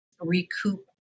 recoup